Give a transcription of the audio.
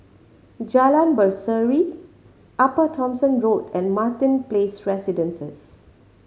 Jalan Berseri Upper Thomson Road and Martin Place Residences